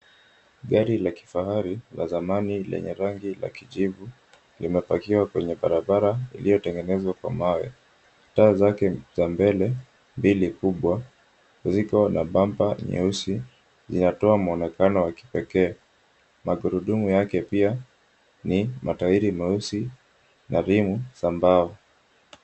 Gari la kifahari la zamani lenye rangi la kijivu, limepakiwa kwenye barabara iliyotengenezwa kwa mawe. Taa zake za mbele, mbili kubwa zikiwa na bampa nyeusi, linatoa mwonekano wa kipekee. Magurudumu yake pia ni matairi meusi na rimu za mbao.